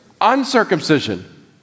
Uncircumcision